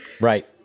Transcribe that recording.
right